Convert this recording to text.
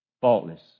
Faultless